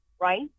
right